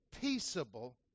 Peaceable